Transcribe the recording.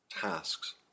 tasks